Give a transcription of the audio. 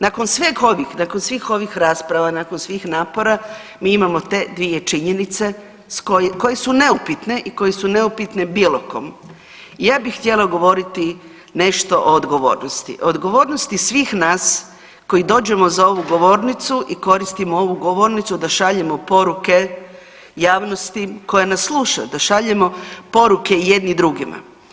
Nakon svih ovih rasprava, nakon svih napora mi imamo te dvije činjenice koje su neupitne i koje su neupitne bilo kom i ja bih htjela govoriti nešto o odgovornosti, odgovornosti svih nas koji dođemo za ovu govornicu i koristimo ovu govornicu da šaljemo poruke javnosti koja nas sluša, da šaljemo poruke jedni drugima.